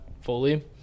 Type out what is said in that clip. fully